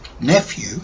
nephew